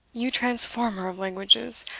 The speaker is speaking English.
you transformer of languages!